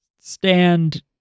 stand